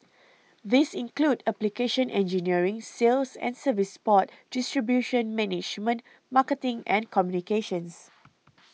these include application engineering sales and service support distribution management marketing and communications